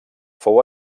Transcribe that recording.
fou